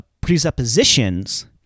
presuppositions